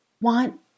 want